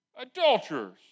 adulterers